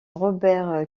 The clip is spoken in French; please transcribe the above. robert